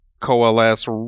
coalesce